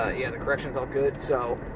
ah yeah, the correction's all good. so,